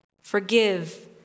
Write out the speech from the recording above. Forgive